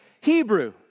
Hebrew